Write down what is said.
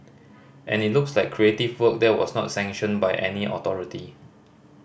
and it looks like creative work that was not sanctioned by any authority